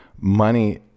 money